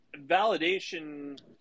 validation